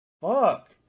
Fuck